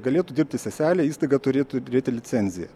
galėtų dirbti seselė įstaiga turėtų turėti licenciją